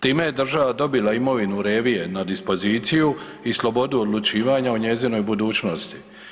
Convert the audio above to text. Time je država dobila imovinu Revije na dispoziciju i slobodu odlučivanja o njezinoj budućnosti.